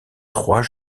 trois